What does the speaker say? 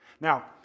Now